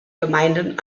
gemeinden